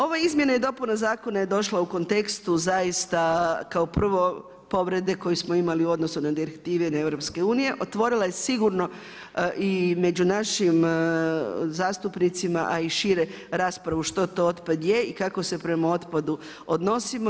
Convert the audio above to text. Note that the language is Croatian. Ove izmjene i dopuna zakona je došla u kontekstu zaista kao prvo povrede koju smo imali u odnosu na direktive EU, otvorila je sigurno i među našim zastupnicima a i šire što to otpad je i kako se prema otpadu odnosimo.